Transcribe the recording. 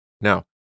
Now